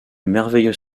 merveilleux